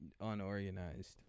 unorganized